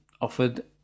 offered